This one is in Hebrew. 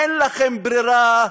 אין לכם ברירה,